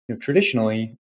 traditionally